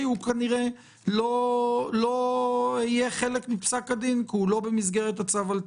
כנראה לא יהיה חלק מפסק הדין כי הוא לא במסגרת הצו על תנאי.